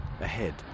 ahead